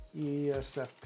ESFP